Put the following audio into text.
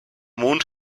mond